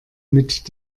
mit